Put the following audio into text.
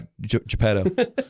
Geppetto